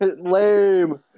lame